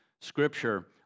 Scripture